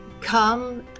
come